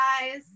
guys